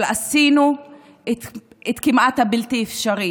אבל עשינו את הכמעט-בלתי-אפשרי.